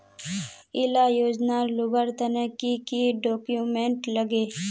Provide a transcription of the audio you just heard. इला योजनार लुबार तने की की डॉक्यूमेंट लगे?